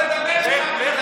אני לא רוצה לדבר איתך בכלל.